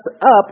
up